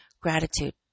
gratitude